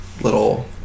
little